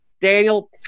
Daniel